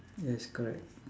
yes correct